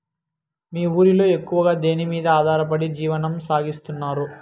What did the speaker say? మీ ఊరిలో ఎక్కువగా దేనిమీద ఆధారపడి జీవనం సాగిస్తున్నారు?